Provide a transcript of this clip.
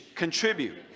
contribute